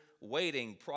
waiting